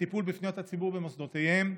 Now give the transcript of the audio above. לטיפול בפניות הציבור במוסדותיהם,